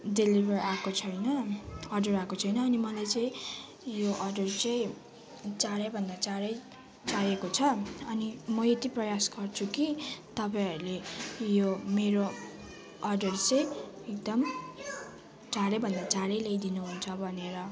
deliver आएको छैन हजुर आएको छैन अनि मलाई चाहिँ यो अडर्र चाहिँ चाँडैभन्दा चाँडै चाहिएको छ अनि म यति प्रयास गर्छु कि तपाईँहरूले यो मेरो अर्डर चाहिँ एकदम चाँडैभन्दा चाँडै ल्याइदिनुहुन्छ भनेर